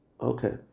Okay